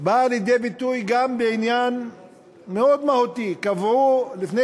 באה לידי ביטוי גם בעניין מאוד מהותי: קבעו לפני